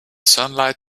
sunlight